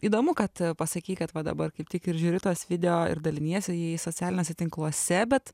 įdomu kad pasakei kad va dabar kaip tik ir žiūri tas video ir daliniesi jais socialiniuose tinkluose bet